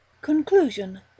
Conclusion